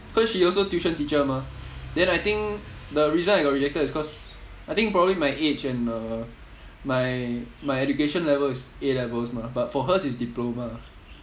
cause she also tuition teacher mah then I think the reason I got rejected is cause I think probably my age and uh my my education level is A-levels mah but for hers is diploma